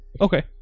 Okay